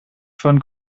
von